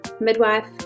midwife